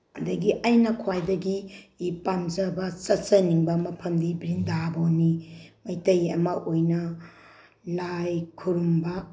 ꯑꯗꯒꯤ ꯑꯩꯅ ꯈ꯭ꯋꯥꯏꯗꯒꯤ ꯄꯥꯝꯖꯕ ꯆꯠꯆꯅꯤꯡꯕ ꯃꯐꯝꯗꯤ ꯕ꯭ꯔꯤꯟꯗꯥꯕꯣꯟꯅꯤ ꯃꯩꯇꯩ ꯑꯃ ꯑꯣꯏꯅ ꯂꯥꯏ ꯈꯨꯔꯨꯝꯕ